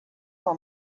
for